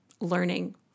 Learning